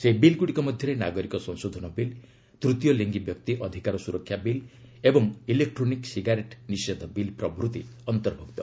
ସେହି ବିଲ୍ଗୁଡ଼ିକ ମଧ୍ୟରେ ନାଗରିକ ସଂଶୋଧନ ବିଲ୍ ତୃତୀୟଲିଙ୍ଗୀ ବ୍ୟକ୍ତି ଅଧିକାର ସୁରକ୍ଷା ବିଲ୍ ଓ ଇଲେକ୍ଟ୍ରୋନିକ୍ ସିଗାରେଟ୍ ନିଷେଧ ବିଲ୍ ପ୍ରଭୃତି ଅନ୍ତର୍ଭୁକ୍ତ